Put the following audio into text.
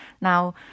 Now